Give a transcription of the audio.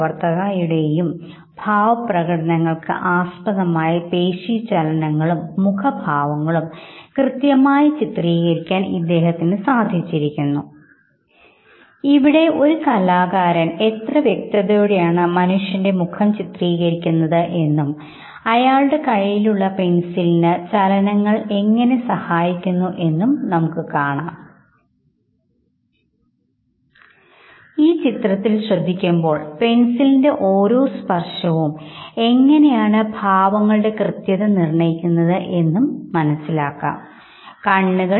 വൈകാരിക ഭാവങ്ങളുടെ പ്രകടനത്തിൽ വലതുവശവുമായി താരതമ്യം ചെയ്യുമ്പോൾ ഇടതുവശമാണ് താരതമ്യേന തീവ്രമായി വികാരങ്ങൾ പ്രകടിപ്പിക്കുന്നത് കാണാം വികാരങ്ങളുടെ വ്യക്തിപരമായ പ്രകടനവും സാമൂഹികമായ മാനദണ്ഡങ്ങൾക്കനുസരിച്ച് ഉള്ള പ്രകടനവും ചർച്ച ചെയ്യേണ്ടതാണ് വൈകാരികപ്രകടനത്തിൽ മുഖത്തിന്റെ ഒരുവശം സാമൂഹികമായ മാനദണ്ഡങ്ങൾക്കനുസരിച്ച് വികാരങ്ങൾ പ്രകടിപ്പിക്കുന്നു എങ്കിൽ മറുവശം വൈയക്തികമായ മാനദണ്ഡങ്ങൾ ആയിരിക്കും സ്വീകരിക്കുന്നത്